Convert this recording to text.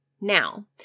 Now